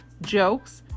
jokes